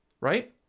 right